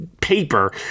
paper